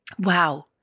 wow